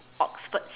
Oxford city